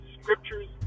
scriptures